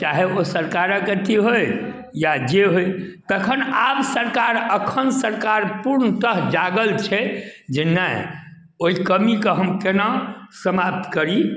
चाहे ओ सरकारक अथी होइ या जे होइ तखन आब सरकार एखन सरकार पूर्णतः जागल छै जे नहि ओहि कमी कऽ हम केना समाप्त करी